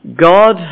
God